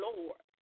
Lord